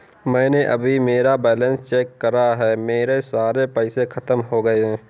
मैंने अभी मेरा बैलन्स चेक करा है, मेरे सारे पैसे खत्म हो गए हैं